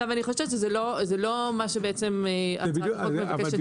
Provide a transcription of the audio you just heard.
אני חושבת שזה לא מה שבעצם הצעת החוק מבקשת.